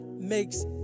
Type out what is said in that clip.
Makes